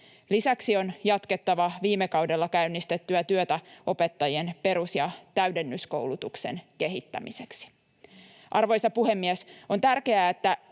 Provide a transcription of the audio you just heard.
Lisäksi on jatkettava viime kaudella käynnistettyä työtä opettajien perus- ja täydennyskoulutuksen kehittämiseksi. Arvoisa puhemies! On tärkeää, että